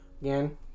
again